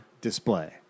display